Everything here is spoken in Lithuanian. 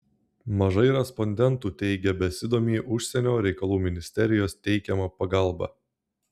mažai respondentų teigė besidomį užsienio reikalų ministerijos teikiama pagalba